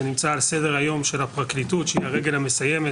זה נמצא על סדר היום של הפרקליטות שהיא הרגל המסיימת